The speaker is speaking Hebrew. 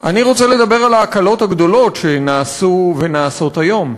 אני רוצה לדבר על ההקלות הגדולות שנעשו ונעשות היום,